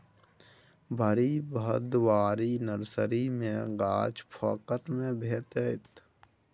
भरि भदवारी नर्सरी मे गाछ फोकट मे भेटितै